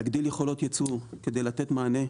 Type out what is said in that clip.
להגדיל יכולות יצור כדי לתת מענה,